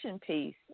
piece